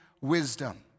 Wisdom